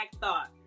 thought